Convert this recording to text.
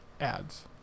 ads